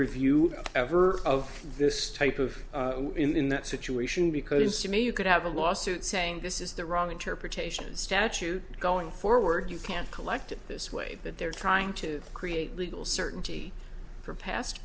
review ever of this type if in that situation because to me you could have a lawsuit saying this is the wrong interpretation statute going forward you can't collect it this way that they're trying to create legal certainty for past